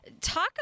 Talk